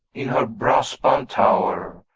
in her brass-bound tower,